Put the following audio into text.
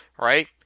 right